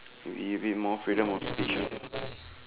could be a bit more freedom of speech lah